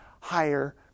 higher